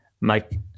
Mike